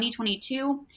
2022